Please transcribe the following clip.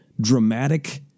dramatic